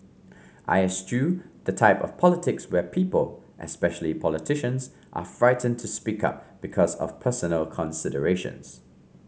I eschew the type of politics where people especially politicians are frightened to speak up because of personal considerations